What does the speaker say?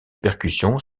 percussions